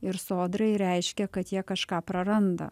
ir sodrai reiškia kad jie kažką praranda